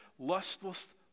lustless